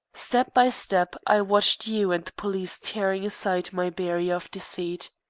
step by step i watched you and the police tearing aside my barrier of deceit.